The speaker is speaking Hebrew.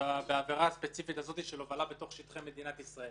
בעבירה הספציפית הזאת של הובלה בשטחי מדינת ישראל.